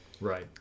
Right